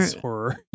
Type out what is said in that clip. horror